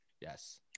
Yes